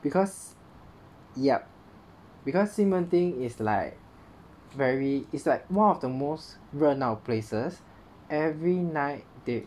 cause ya cause 西门町 is like very is like one of the most 热闹 places every night they